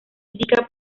indica